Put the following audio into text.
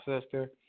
sister